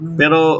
pero